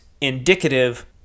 indicative